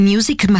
Music